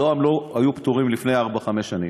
מדוע הם לא היו פטורים לפני ארבע, חמש שנים?